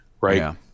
right